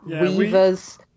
Weavers